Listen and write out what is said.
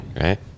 Right